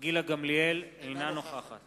אינה נוכחת